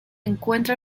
encuentra